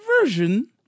version